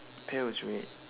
pail is red